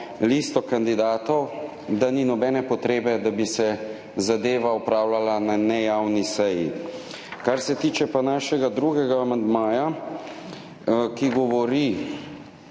listo kandidatov, ni nobene potrebe, da bi se zadeva opravljala na nejavni seji. Kar se tiče pa našega drugega amandmaja, ki govori